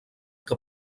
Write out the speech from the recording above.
que